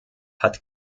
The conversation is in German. hat